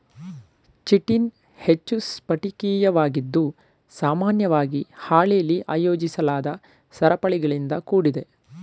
chitin ಹೆಚ್ಚು ಸ್ಫಟಿಕೀಯವಾಗಿದ್ದು ಸಾಮಾನ್ಯವಾಗಿ ಹಾಳೆಲಿ ಆಯೋಜಿಸಲಾದ ಸರಪಳಿಗಳಿಂದ ಕೂಡಿದೆ